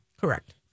Correct